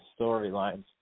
storylines